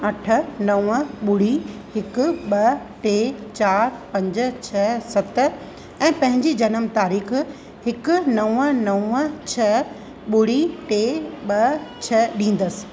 अठ नव ॿुड़ी हिकु ॿ टे चारि पंज छ सत ऐं पंहिंजी जनम तारीख़ हिकु नव नव छ ॿुड़ी टे ॿ छ ॾींदसि